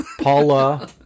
paula